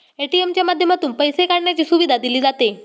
ATM च्या माध्यमातून पैसे काढण्याची सुविधा दिली जाते